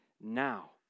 Now